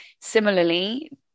similarly